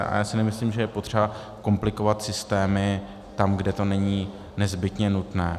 A já si nemyslím, že je potřeba komplikovat systémy tam, kde to není nezbytně nutné.